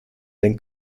than